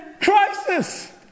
crisis